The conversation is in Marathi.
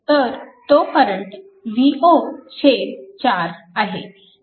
तर तो करंट V0 4 आहे